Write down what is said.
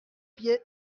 pied